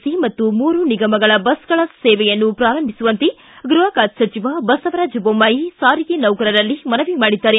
C ಹಾಗೂ ಮೂರು ನಿಗಮಗಳ ಬಸ್ಗಳ ಸೇವೆಯನ್ನು ಪ್ರಾರಂಭಿಸುವಂತೆ ಗೃಹ ಖಾತೆ ಸಚಿವ ಬಸವರಾಜ್ ಬೊಮ್ನಾಯಿ ಸಾರಿಗೆ ನೌಕರರಲ್ಲಿ ಮನವಿ ಮಾಡಿದ್ದಾರೆ